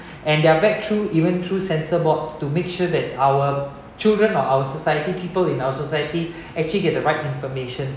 and they're vet through even through censor boards to make sure that our children or our society people in our society actually get the right information